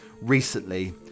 recently